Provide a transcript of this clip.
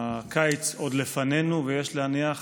הקיץ עוד לפנינו, ויש להניח